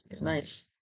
Nice